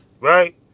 right